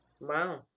Wow